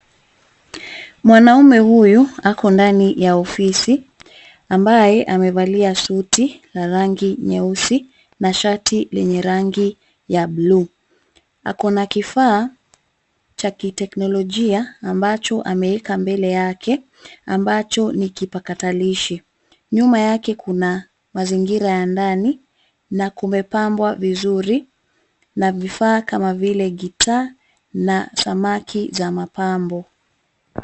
Mwanaume huyu ako ndani ya ofisi ambaye amaevalia suti ya rangi nyeusi na shati lenye rangi ya bluu. Ako na kifaa cha kiteknolojia ambacho ameeka mbele yake ambacho ni kipakatarishi. Nyuma yake kuna mazingira ya ndani na kumepambwa vizuri na vifaa kama vile gita na samaki za mapambo.